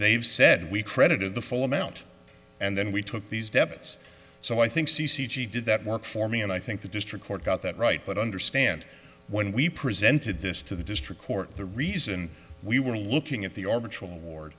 they've said we credited the full amount and then we took these debts so i think c c g did that work for me and i think the district court got that right but i understand when we presented this to the district court the reason we were looking at the ar